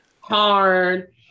Hard